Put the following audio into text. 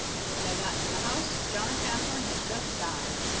and when they got to the house john hathorn had just died,